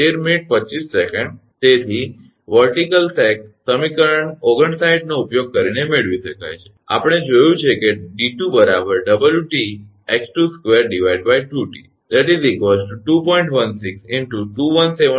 તેથી ઊભો સેગ સમીકરણ 59 નો ઉપયોગ કરીને મેળવી શકાય છે આપણે જોયું છે કે 𝑑2 𝑊𝑇𝑥22 2𝑇 2